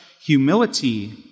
humility